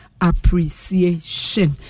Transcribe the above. appreciation